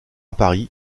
paris